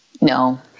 no